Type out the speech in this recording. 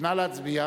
נא להצביע.